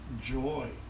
joy